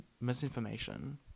misinformation